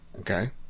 Okay